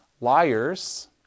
liars